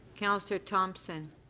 councillor thompson.